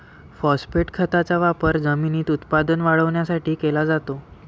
phosphate खताचा वापर जमिनीत उत्पादन वाढवण्यासाठी केला जातो